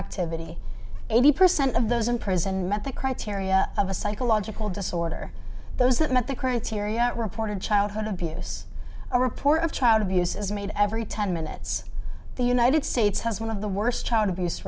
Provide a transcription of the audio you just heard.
activity eighty percent of those in prison met the criteria of a psychological disorder those that met the criteria reported childhood abuse a report of child abuse is made every ten minutes the united states has one of the worst child abuse